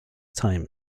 time